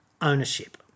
ownership